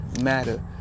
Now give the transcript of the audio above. Matter